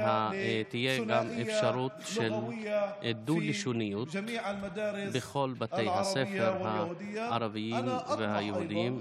ושתהיה גם אפשרות של דו-לשוניות בכל בתי הספר הערביים והיהודיים.